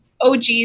OGs